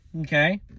okay